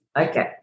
Okay